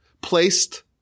placed